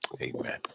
Amen